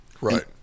Right